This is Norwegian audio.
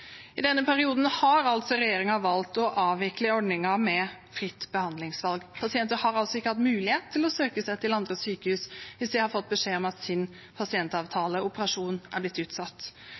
I denne perioden har regjeringen valgt å avvikle ordningen med fritt behandlingsvalg. Pasientene har altså ikke hatt mulighet til å søke seg til andre sykehus hvis de har fått beskjed om at deres pasientavtale eller operasjon er utsatt.